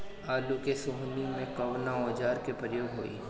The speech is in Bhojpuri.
आलू के सोहनी में कवना औजार के प्रयोग होई?